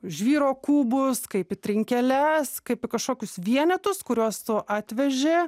žvyro kubus kaip į trinkeles kaip kažkokius vienetus kuriuos tu atveži